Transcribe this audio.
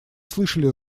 слышали